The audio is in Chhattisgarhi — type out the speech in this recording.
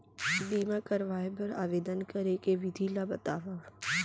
बीमा करवाय बर आवेदन करे के विधि ल बतावव?